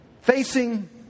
facing